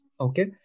Okay